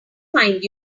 find